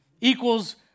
equals